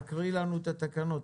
תקריאי לנו את התקנות.